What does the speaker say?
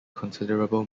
considerable